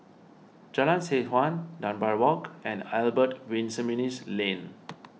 Jalan Seh Chuan Dunbar Walk and Albert Winsemius Lane